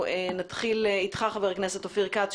נתחיל אתך חבר הכנסת אופיר כץ.